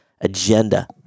agenda